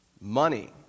money